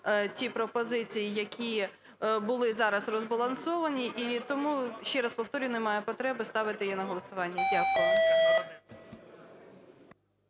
ті пропозиції, які були зараз розбалансовані. І тому, ще раз повторюю, немає потреби ставити її на голосування. Дякую.